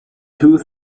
two